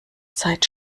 zeit